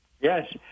Yes